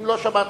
אם לא שמעתן,